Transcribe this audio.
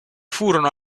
furono